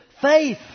faith